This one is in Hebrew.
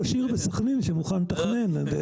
יש.